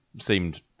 seemed